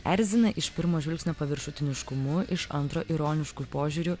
erzina iš pirmo žvilgsnio paviršutiniškumu iš antro ironišku požiūriu